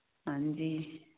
ਹਾਂਜੀ